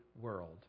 world